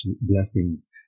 blessings